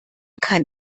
kann